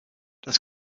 das